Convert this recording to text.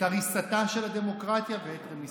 את הריסתה של הדמוקרטיה ואת רמיסתה.